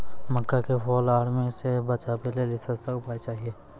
मक्का के fall of army से बचाबै लेली सस्ता उपाय चाहिए?